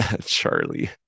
Charlie